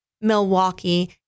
Milwaukee